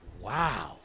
wow